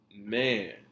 Man